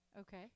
Okay